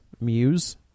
muse